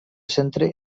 centre